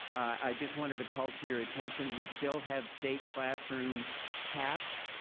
i just wanted to call to your attention, we still have state classroom caps.